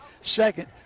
second